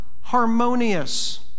harmonious